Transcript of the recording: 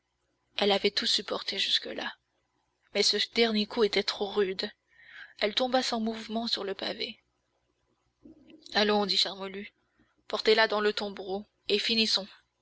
elle avait tout supporté jusque-là mais ce dernier coup était trop rude elle tomba sans mouvement sur le pavé allons dit charmolue portez-la dans le tombereau et finissons